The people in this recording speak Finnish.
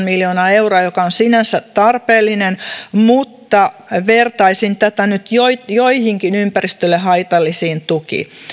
miljoonaa euroa joka on sinänsä tarpeellinen mutta vertaisin tätä nyt joihinkin ympäristölle haitallisiin tukiin